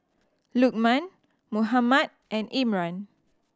Lukman Muhammad and Imran